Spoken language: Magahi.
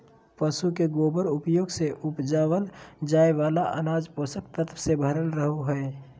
पशु के गोबर के उपयोग से उपजावल जाय वाला अनाज पोषक तत्वों से भरल रहो हय